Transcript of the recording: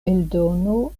eldono